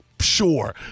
sure